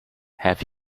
have